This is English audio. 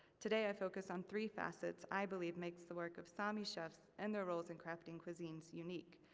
today i focus on three facets i believe makes the work of sami chefs, and the roles in crafting cuisines, unique.